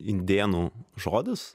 indėnų žodis